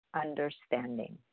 understanding